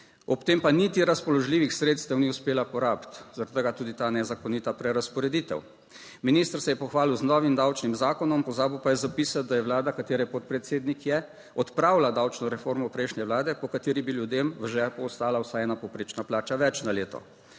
Ob tem pa niti razpoložljivih sredstev ni uspela porabiti, zaradi tega tudi ta nezakonita prerazporeditev. Minister se je pohvalil z novim davčnim zakonom, pozabil pa je zapisati, da je Vlada, katere podpredsednik je, odpravila davčno reformo prejšnje vlade, po kateri bi ljudem v žepu ostala vsaj ena povprečna plača več na leto.